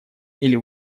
или